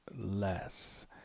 less